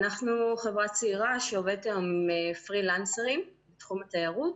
אנחנו חברה צעירה שעובדת היום עם פרילנסרים בתחום התיירות.